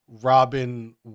Robin